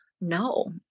no